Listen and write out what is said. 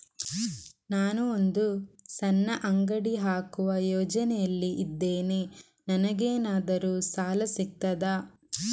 ನಾನು ಒಂದು ಸಣ್ಣ ಅಂಗಡಿ ಹಾಕುವ ಯೋಚನೆಯಲ್ಲಿ ಇದ್ದೇನೆ, ನನಗೇನಾದರೂ ಸಾಲ ಸಿಗ್ತದಾ?